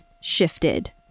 shifted